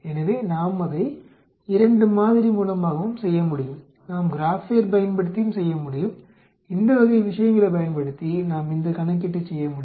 எனவே நாம் அதை 2 மாதிரி மூலமாகவும் செய்ய முடியும் நாம் கிராப்பேட் பயன்படுத்தியும் செய்ய முடியும் இந்த வகை விஷயங்களைப் பயன்படுத்தி நாம் இந்த கணக்கீட்டைச் செய்ய முடியும்